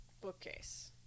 bookcase